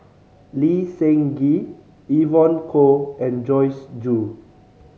Lee Seng Gee Evon Kow and Joyce Jue